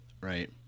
Right